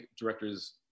directors